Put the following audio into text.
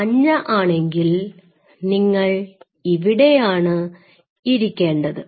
മഞ്ഞ ആണെങ്കിൽ നിങ്ങൾ ഇവിടെയാണ് ഇരിക്കേണ്ടത്